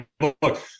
Look